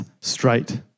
straight